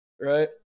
Right